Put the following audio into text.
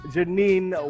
Janine